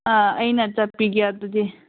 ꯑꯥ ꯑꯩꯅ ꯆꯠꯄꯤꯒꯦ ꯑꯗꯨꯗꯤ